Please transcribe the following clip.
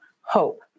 hope